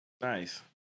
Nice